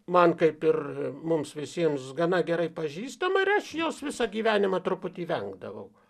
man kaip ir mums visiems gana gerai pažįstama ir aš jos visą gyvenimą truputį vengdavau